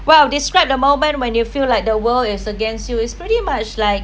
well described a moment when you feel like the world is against you is pretty much like